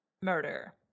murder